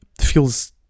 feels